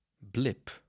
blip